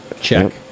Check